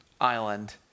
island